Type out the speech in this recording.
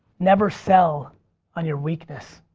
never sell on your weakness.